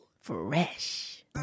Fresh